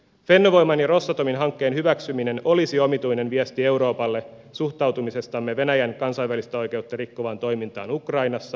fennovoiman ja rosatomin hankkeen hyväksyminen olisi omituinen viesti euroopalle suhtautumisestamme venäjän kansainvälistä oikeutta rikkovaan toimintaan ukrainassa